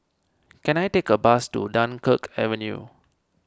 can I take a bus to Dunkirk Avenue